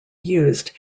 used